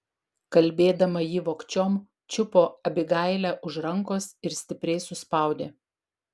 kalbėdama ji vogčiom čiupo abigailę už rankos ir stipriai suspaudė